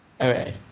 okay